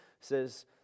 says